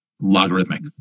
logarithmic